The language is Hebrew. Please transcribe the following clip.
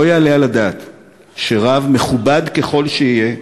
לא יעלה על הדעת שרב, מכובד ככל שיהיה,